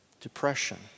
depression